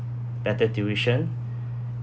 better tuition